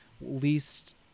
least